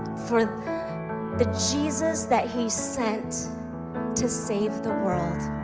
for the jesus that he sent to save the world.